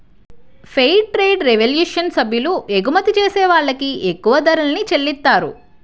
fair trade revolution సభ్యులు ఎగుమతి చేసే వాళ్ళకి ఎక్కువ ధరల్ని చెల్లిత్తారు